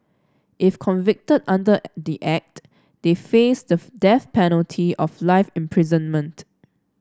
if convicted under the Act they face the death penalty of life imprisonment